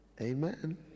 amen